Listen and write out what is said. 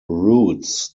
roots